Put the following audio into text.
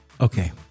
Okay